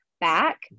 back